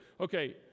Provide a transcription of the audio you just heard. okay